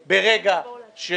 בוודאי.